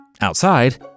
outside